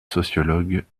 sociologue